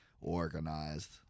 organized